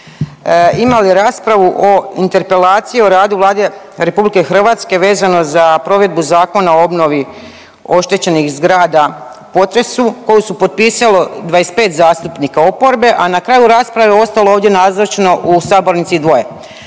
imali raspravu o interpelaciju o radu Vlade RH vezano za provedbu Zakona o obnovi oštećenih zgrada u potresu koju su potpisalo 25 zastupnika oporbe, a na kraju rasprave je ostalo ovdje nazočno u sabornici dvoje?